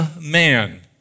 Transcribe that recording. man